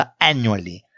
annually